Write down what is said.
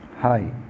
hi